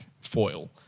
foil